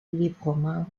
librement